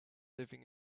living